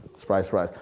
surprise, surprise.